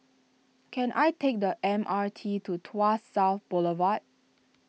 can I take the M R T to Tuas South Boulevard